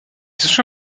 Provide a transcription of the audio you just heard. sessions